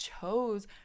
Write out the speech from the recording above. chose